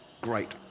Great